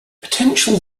potential